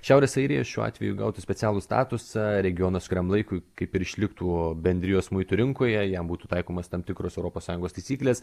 šiaurės airija šiuo atveju gautų specialų statusą regionas kuriam laikui kaip ir išliktų bendrijos muitų rinkoje jam būtų taikomas tam tikros europos sąjungos taisyklės